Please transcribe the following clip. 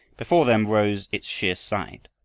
before them rose its sheer side,